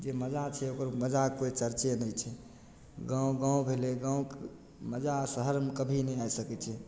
जे मजा छै ओकर मजा कोइ चर्चे नहि छै गाँव गाँव भेलय गाँवके मजा शहरमे कभी नहि आ सकय छै